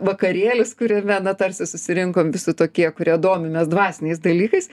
vakarėlis kuriame na tarsi susirinkom visi tokie kurie domimės dvasiniais dalykais